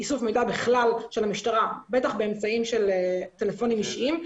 איסוף מידע בכלל של המשטרה בטח באמצעים של טלפונים אישיים,